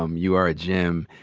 um you are a gem.